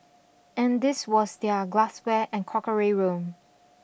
and this was their glassware and crockery room